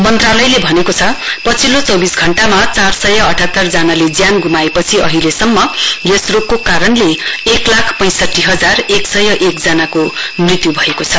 मन्त्रालयले भनेको छ पछिल्लो चौबिस घण्टामा चार सय अठाहतर जनाले ज्यान ग्माएपछि अहिलेसम्म यस रोगको कारणले एक लाख पैसंठी हजार एक सय जनाको मृत्य् भएको छ